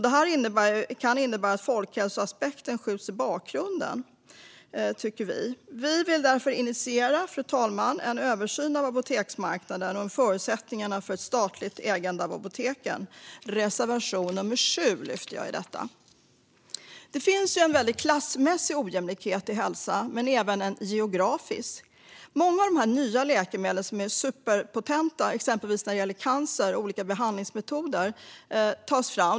Detta kan innebära att folkhälsoaspekten skjuts i bakgrunden, tycker vi. Fru talman! Vi vill därför initiera en översyn av apoteksmarknaden och förutsättningarna för ett statligt ägande av apoteken. I reservation nummer 7 lyfter jag detta. Det finns en klassmässig ojämlikhet i fråga om hälsa men även en geografisk. Många av de nya läkemedel och behandlingsmetoder som tas fram, exempelvis när det gäller cancer, är superpotenta.